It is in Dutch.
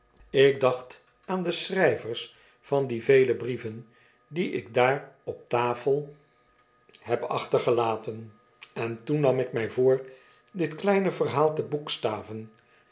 ik dacht aan de schrijvers van die vele brieven die ik daar op tafel heb achtergelaten en toen nam ik mij voor dit kleine verhaal te boekstaven